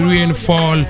Rainfall